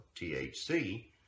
THC